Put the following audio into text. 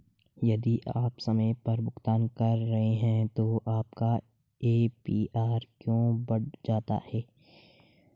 यदि आप समय पर भुगतान कर रहे हैं तो आपका ए.पी.आर क्यों बढ़ जाता है?